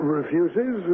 refuses